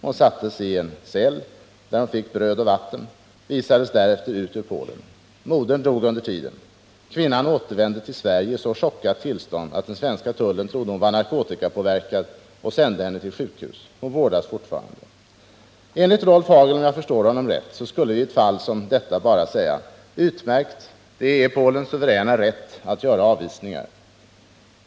Hon sattes i en cell, där hon fick bröd och vatten, och visades därefter ut ur Polen. Modern dog under tiden. Kvinnan återvände till Sverige i så chockat tillstånd att man vid den svenska tullen trodde att hon var narkotikapåverkad och sände henne till sjukhus. Hon vårdas fortfarande där. Enligt Rolf Hagel skulle vi, om jag förstår honom rätt, i ett fall som detta bara säga: Utmärkt — det är Polens suveräna rätt att avvisa besökare.